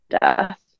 death